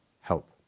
help